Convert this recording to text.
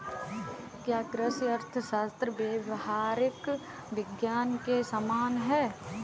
क्या कृषि अर्थशास्त्र व्यावहारिक विज्ञान के समान है?